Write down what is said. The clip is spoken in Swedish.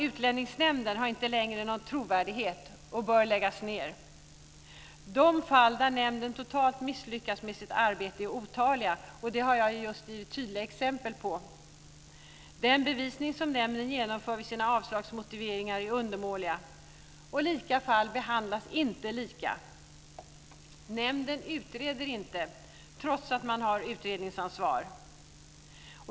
Utlänningsnämnden har inte längre någon trovärdighet och bör läggas ned. De fall där nämnden totalt misslyckats med sitt arbete är otaliga, vilket jag givit tydliga exempel på. Den bevisning som nämnden genomför vid sina avslagsmotiveringar är undermålig. Lika fall behandlas inte lika. Nämnden utreder inte, trots att man har utredningsansvar.